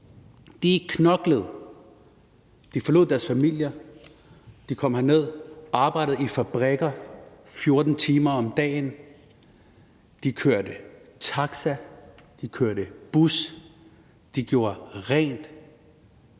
i 1970'erne. De forlod deres familier; de kom hertil og knoklede; de arbejdede på fabrikker i 14 timer om dagen; de kørte taxa, de kørte bus, de gjorde rent.